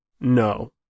No